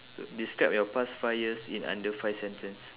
describe your past five years in under five sentence